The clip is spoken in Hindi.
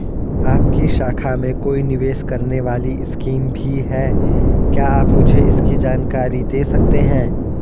आपकी शाखा में कोई निवेश करने वाली स्कीम भी है क्या आप मुझे इसकी जानकारी दें सकते हैं?